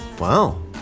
Wow